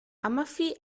amafi